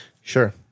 sure